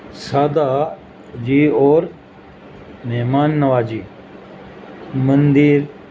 سادہ جی اور مہمان نوازی مندر